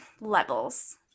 levels